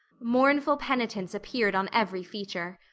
mournful penitence appeared on every feature.